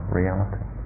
reality